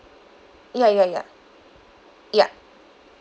ya ya ya ya